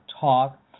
talk